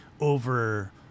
over